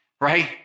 right